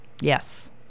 Yes